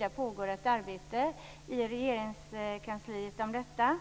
Det pågår ett arbete i Regeringskansliet om det. Det